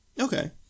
Okay